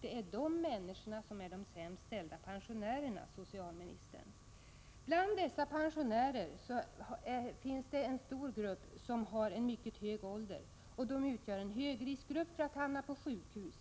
Det är dessa människor som är de sämst ställda pensionärerna, socialministern! Bland dessa pensionärer finns det en stor grupp som har mycket hög ålder. De utgör därför också en högriskgrupp för att hamna på sjukhus.